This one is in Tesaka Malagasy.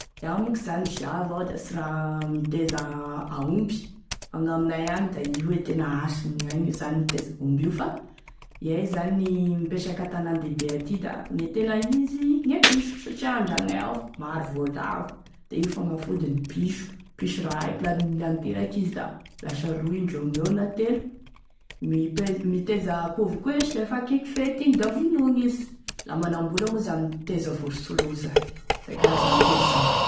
Iaho monko zany zavo iaho da sy raha miteza aomby fa gn' aminay agny da io e tena hasinign'aigny zany e miteza aomby io fa iay zany mipetraka antanandehibe aty da gne tena izy gne piso satria andragnonay ao maro volavo, da io fagnafodiny piso piso raiky laha niteraky izy da lasa roy indreo amigneo na telo, mipez- miteza akoho avao koa iay lefa akaiky fety igny da vonogny izy, la manambola zany miteza vorontsoloza, izay karazany telo zay.